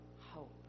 hope